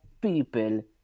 people